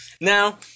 Now